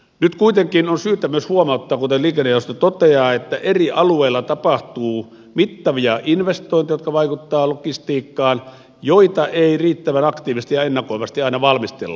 nyt kuitenkin on syytä myös huomauttaa kuten liikennejaosto toteaa että eri alueilla tapahtuu mittavia investointeja jotka vaikuttavat logistiikkaan ja joita ei riittävän aktiivisesti ja ennakoivasti aina valmistella